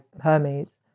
Hermes